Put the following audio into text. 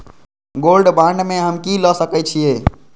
Gold bond में हम की ल सकै छियै?